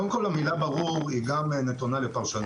קודם כל, המילה "ברור" גם היא נתונה לפרשנות.